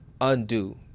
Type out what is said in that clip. undo